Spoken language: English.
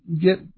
get